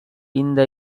இந்த